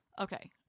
Okay